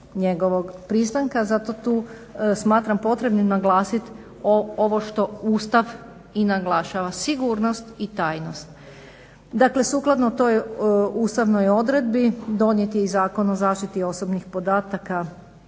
njegovog pristanka. Zato tu smatram potrebnim naglasiti ovo što Ustav i naglašava sigurnosti i tajnost. Dakle, sukladno toj ustavnoj odredbi donijet je i Zakon o zaštiti osobnih podataka